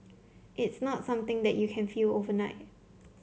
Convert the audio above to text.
it's not something that you can feel overnight